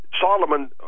Solomon